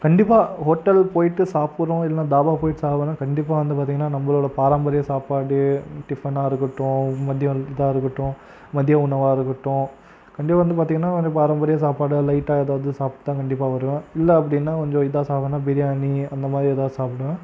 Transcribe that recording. கண்டிப்பாக ஹோட்டல் போய்விட்டு சாப்புடுறோம் இல்லைனா தாபா போய் சாப்பிடுவேனா கண்டிப்பாக வந்து பார்த்தீங்கன்னா நம்பளோட பாரம்பரிய சாப்பாடு டிஃபனாக இருக்கட்டும் மதிய அல் இதாக இருக்கட்டும் மதிய உணவாக இருக்கட்டும் கண்டிப்பாக வந்து பார்த்தீங்கன்னா ஒரு பாரம்பரிய சாப்பாடு லைட்டாக எதாவது சாப்பிட்தான் கண்டிப்பாக வருவேன் இல்லை அப்படின்னா கொஞ்சம் இதாக சாப்பிடுவேனா பிரியாணி அந்த மாதிரி எதா சாப்பிடுவேன்